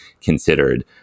considered